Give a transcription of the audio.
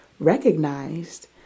recognized